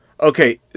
Okay